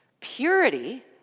Purity